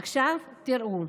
עכשיו, תראו,